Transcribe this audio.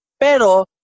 pero